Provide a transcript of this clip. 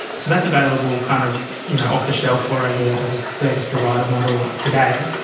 so that's available kind of you know off-the-shelf or as ah as a service provider model today.